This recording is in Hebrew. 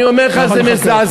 אני אומר לך, זה מזעזע.